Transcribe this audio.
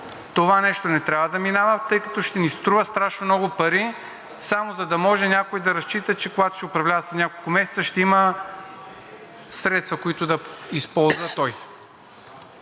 това нещо не трябва да минава, тъй като ще ни струва страшно много пари, само за да може някой да разчита, че когато ще управлява след няколко месеца, ще има средства, които да използва той.